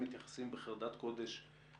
שמתייחסים אל ניצולי השואה בחרדת קודש מיוחדת.